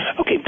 Okay